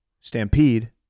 stampede